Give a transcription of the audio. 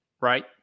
right